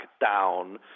down